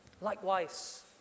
Likewise